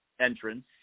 entrance